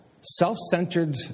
Self-centered